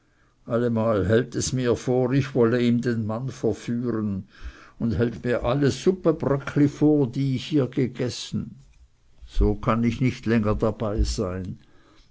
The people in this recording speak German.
allemal hält es mir vor ich wolle ihm den mann verführen und halt mir alle suppenbröckli vor die ich hier gegessen so kann ich nicht länger dabeisein